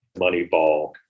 Moneyball